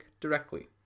directly